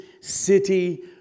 city